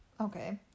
Okay